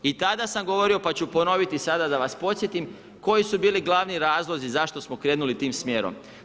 I tada sam govorio pa ću ponoviti sada da vas podsjetim koji su bili glavni razlozi zašto smo krenuli tim smjerom.